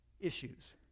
issues